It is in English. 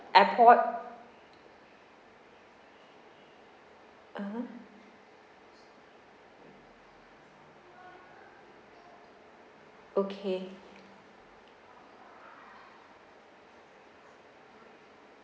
airport (uh huh) okay